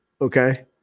Okay